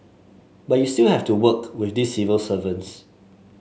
but you still have to work with these civil servants